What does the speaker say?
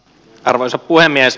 arvoisa puhemies